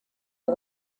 are